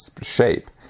shape